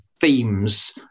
themes